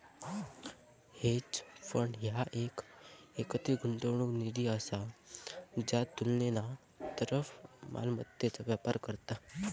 hedge fund ह्या एक एकत्रित गुंतवणूक निधी असा ज्या तुलनेना तरल मालमत्तेत व्यापार करता